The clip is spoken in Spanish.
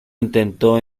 intentó